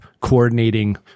coordinating